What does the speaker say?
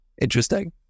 Interesting